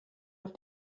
auf